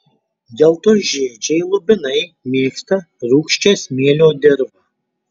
geltonžiedžiai lubinai mėgsta rūgščią smėlio dirvą